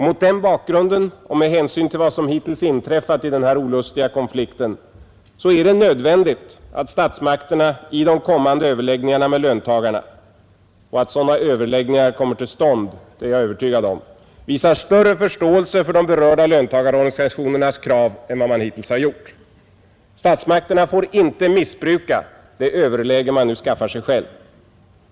Mot denna bakgrund och med hänsyn till vad som hittills inträffat i denna olustiga konflikt är det nödvändigt att statsmakterna i de kommande överläggningarna med löntagarna — att sådana överläggningar måste komma till stånd är jag övertygad om — visar större förståelse för de berörda löntagarorganisationernas krav än vad man hittills har gjort. Statsmakterna får icke missbruka det överläge man nu själv ger sig.